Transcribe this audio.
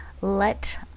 Let